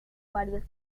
varias